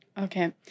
Okay